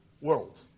world